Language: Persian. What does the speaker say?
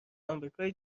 آمریکای